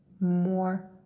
more